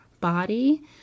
body